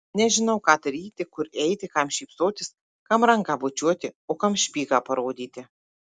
nežinau ką daryti kur eiti kam šypsotis kam ranką bučiuoti o kam špygą parodyti